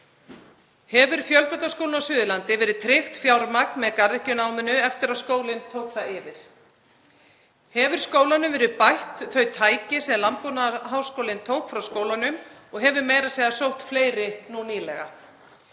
Hefur Fjölbrautaskóla Suðurlands verið tryggt fjármagn með garðyrkjunáminu eftir að skólinn tók það yfir? Hefur skólanum verið bætt þau tæki sem Landbúnaðarháskólinn tók frá skólanum, og hefur meira að segja nýlega